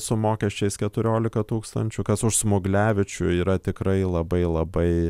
su mokesčiais keturiolika tūkstančių kas už smuglevičių yra tikrai labai labai